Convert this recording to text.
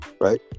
right